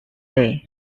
day